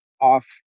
off